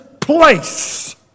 place